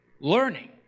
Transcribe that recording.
learning